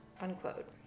unquote